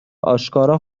آشکارا